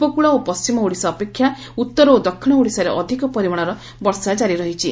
ଉପକକଳ ଓ ପଣ୍ଟିମ ଓଡ଼ିଶା ଅପେକ୍ଷା ଉତ୍ତର ଓ ଦକ୍ଷିଣ ଓଡ଼ିଶାରେ ଅଧିକ ପରିମାଣର ବର୍ଷା ଜାରି ରହିଛି